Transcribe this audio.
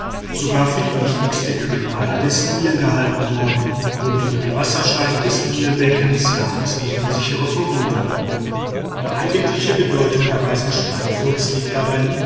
sogar für die wichtigste quellader des nil gehalten worden und über die wasserscheide des nilbeckens gab es nur unsichere vermutungen die eigentliche bedeutung der reisen schweinfurths liegt darin